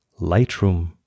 Lightroom